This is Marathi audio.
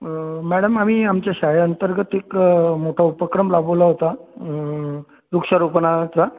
अं मॅडम आम्ही आमच्या शाळेअंतर्गत एक मोठा उपक्रम राबवला होता वृक्षारोपणाचा